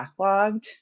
backlogged